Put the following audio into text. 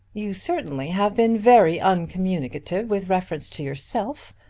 you certainly have been very uncommunicative with reference to yourself.